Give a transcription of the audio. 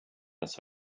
its